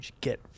get